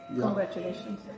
congratulations